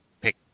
pick